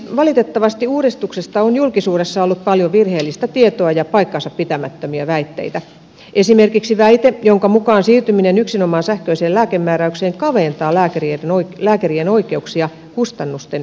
valitettavasti uudistuksesta on julkisuudessa ollut paljon virheellistä tietoa ja paikkansapitämättömiä väitteitä esimerkiksi väite jonka mukaan siirtyminen yksinomaan sähköiseen lääkemääräykseen kaventaa lääkärien oikeuksia kustannusten perusteella